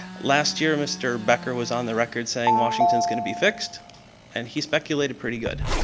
last year mr. becker was on the record saying washington is going to be fixed and he speculated pretty good.